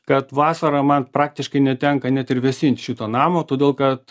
kad vasarą man praktiškai netenka net ir vėsint šito namo todėl kad